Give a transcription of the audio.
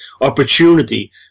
opportunity